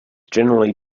generally